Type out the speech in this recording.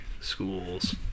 schools